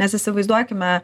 nes įsivaizduokime